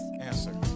answer